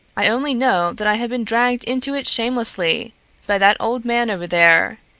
i only know that i have been dragged into it shamelessly by that old man over there,